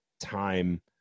time